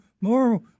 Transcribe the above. more